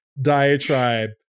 diatribe